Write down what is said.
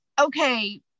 okay